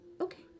Okay